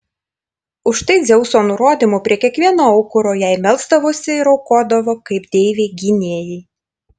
už tai dzeuso nurodymu prie kiekvieno aukuro jai melsdavosi ir aukodavo kaip deivei gynėjai